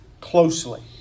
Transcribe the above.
closely